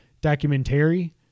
documentary